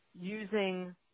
using